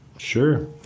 Sure